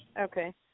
okay